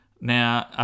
Now